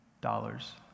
dollars